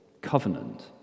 covenant